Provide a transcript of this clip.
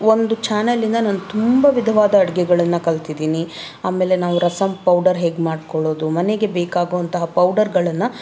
ಒಂದು ಚಾನಲಿಂದ ನಾನು ತುಂಬ ವಿಧವಾದ ಅಡುಗೆಗಳನ್ನು ಕಲ್ತಿದ್ದೀನಿ ಆಮೇಲೆ ನಾವು ರಸಮ್ ಪೌಡರ್ ಹೇಗೆ ಮಾಡ್ಕೊಳ್ಳೋದು ಮನೆಗೆ ಬೇಕಾಗೋ ಅಂತಹ ಪೌಡರ್ಗಳನ್ನು